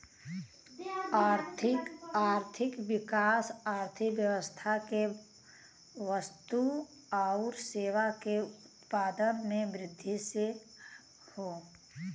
आर्थिक विकास अर्थव्यवस्था में वस्तु आउर सेवा के उत्पादन में वृद्धि से हौ